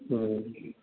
औ